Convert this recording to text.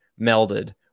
melded